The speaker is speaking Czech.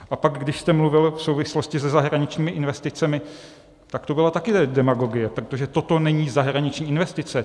A pak když jste mluvil v souvislosti se zahraničními investicemi, tak to byla také demagogie, protože toto není zahraniční investice.